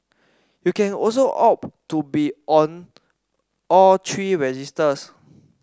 you can also opt to be on all three registers